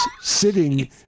sitting